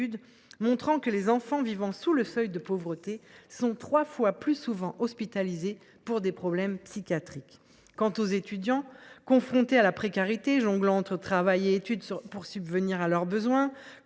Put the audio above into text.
montrant que les enfants vivant sous le seuil de pauvreté sont trois fois plus souvent hospitalisés pour des problèmes psychiatriques. Les étudiants sont confrontés à la précarité, jonglant entre travail et études pour subvenir à leurs besoins,